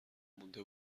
مونده